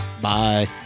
Bye